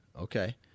Okay